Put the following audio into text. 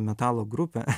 metalo grupę